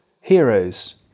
heroes